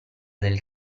del